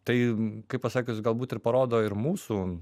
tai kaip pasakius galbūt ir parodo ir mūsų